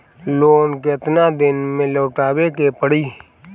Loan केतना दिन में लौटावे के पड़ी?